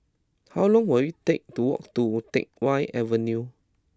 how long will it take to walk to Teck Whye Avenue